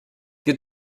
wir